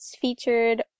featured